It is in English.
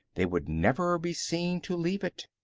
they would never be seen to leave it.